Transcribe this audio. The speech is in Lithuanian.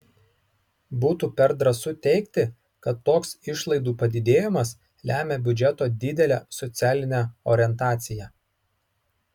būtų per drąsu teigti kad toks išlaidų padidėjimas lemia biudžeto didelę socialinę orientaciją